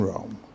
Rome